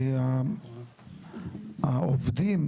העובדים,